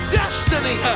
destiny